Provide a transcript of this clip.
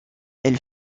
elle